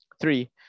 Three